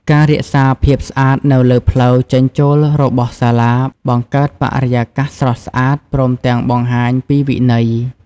ការរក្សាភាពស្អាតនៅលើផ្លូវចេញចូលរបស់សាលា បង្កើតបរិយាកាសស្រស់ស្អាត ព្រមទាំងបង្ហាញពីវិន័យ។